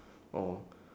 or